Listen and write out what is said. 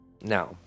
now